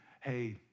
hey